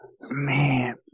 Man